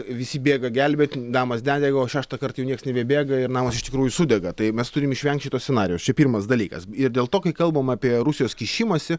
visi bėga gelbėti namas nedega o šeštą kartą jau niekas nebebėga ir namas iš tikrųjų sudega tai mes turim išvengt šito scenarijaus čia pirmas dalykas ir dėl to kai kalbam apie rusijos kišimąsi